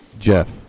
Jeff